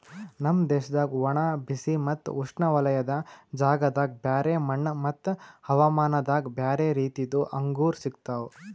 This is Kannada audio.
ನಮ್ ದೇಶದಾಗ್ ಒಣ, ಬಿಸಿ ಮತ್ತ ಉಷ್ಣವಲಯದ ಜಾಗದಾಗ್ ಬ್ಯಾರೆ ಮಣ್ಣ ಮತ್ತ ಹವಾಮಾನದಾಗ್ ಬ್ಯಾರೆ ರೀತಿದು ಅಂಗೂರ್ ಸಿಗ್ತವ್